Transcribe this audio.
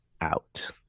out